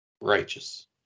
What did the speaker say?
Righteous